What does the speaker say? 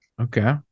okay